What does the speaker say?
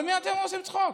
על מי אתם עושים צחוק?